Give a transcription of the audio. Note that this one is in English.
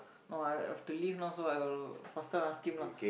oh I I have to leave no so I got to faster ask him lah